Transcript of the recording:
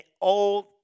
old